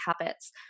habits